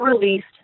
released